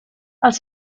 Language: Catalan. els